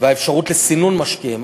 והאפשרות לסינון משקיעים.